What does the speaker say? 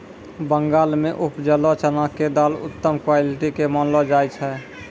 बंगाल मॅ उपजलो चना के दाल उत्तम क्वालिटी के मानलो जाय छै